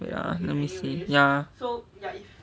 ya let me see ya